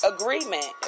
Agreement